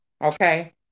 Okay